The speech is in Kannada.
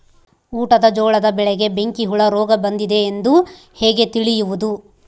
ಊಟದ ಜೋಳದ ಬೆಳೆಗೆ ಬೆಂಕಿ ಹುಳ ರೋಗ ಬಂದಿದೆ ಎಂದು ಹೇಗೆ ತಿಳಿಯುವುದು?